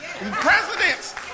Presidents